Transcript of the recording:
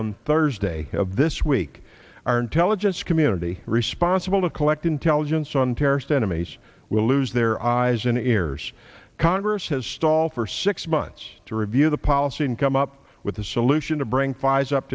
on thursday of this week our intelligence community responsible to collect intelligence on terrorist enemies will lose their eyes and ears congress has stalled for six months to review the policy and come up with a solution to bring five up